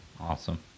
Awesome